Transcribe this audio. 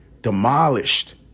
demolished